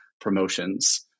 promotions